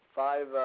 five